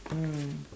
mm